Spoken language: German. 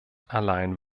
allein